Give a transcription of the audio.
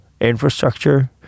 infrastructure